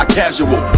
casual